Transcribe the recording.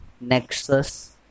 Nexus